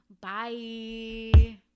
Bye